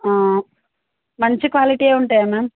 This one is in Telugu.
మంచి క్వాలిటీ ఉంటాయా మ్యామ్